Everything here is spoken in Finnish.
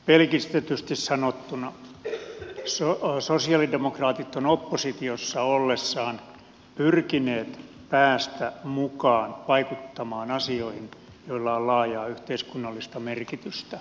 pelkistetysti sanottuna sosialidemokraatit ovat oppositiossa ollessaan pyrkineet pääsemään mukaan vaikuttamaan asioihin joilla on laajaa yhteiskunnallista merkitystä